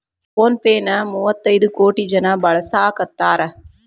phone pay ನ ಮುವ್ವತೈದ್ ಕೋಟಿ ಜನ ಬಳಸಾಕತಾರ